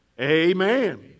Amen